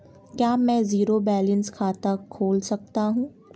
क्या मैं zero balance खाता खोल सकता हूँ?